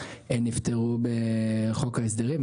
נפתרו בחוק ההסדרים.